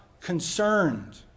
concerned